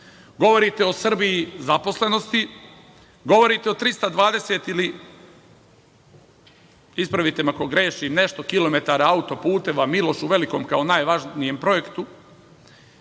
Govorite o Srbiji zaposlenosti. Govorite o 320 i, ispravite me ako grešim, nešto kilometara autoputeva, „Milošu Velikom“ kao najvažnijem projektu